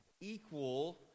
Equal